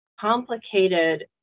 complicated